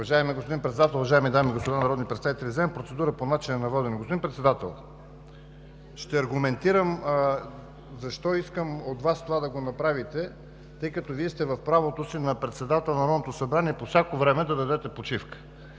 Уважаеми господин Председател, уважаеми дами и господа народни представители! Вземам процедура по начина на водене. Господин Председател, ще аргументирам защо искам от Вас това да го направите, тъй като Вие сте в правото си на председател на Народното събрание по всяко време да дадете почивка.